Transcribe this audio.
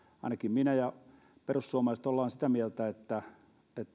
ainakin minä ja perussuomalaiset olemme sitä mieltä että